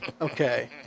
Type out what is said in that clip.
Okay